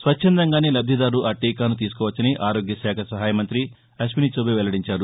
స్వచ్చందంగానే లబ్గిదారు ఆ టీకాను తీసుకోవచ్చని ఆరోగ్య శాఖ సహాయ మంత్రి అశ్వినిచాబే వెల్లడించారు